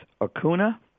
Acuna